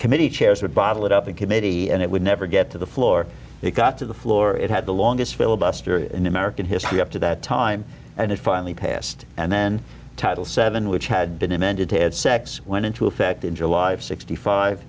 committee chairs would bottle it up in committee and it would never get to the floor it got to the floor it had the longest filibuster in american history up to that time and it finally passed and then title seven which had been amended had sex went into effect in july of sixty five